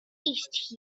east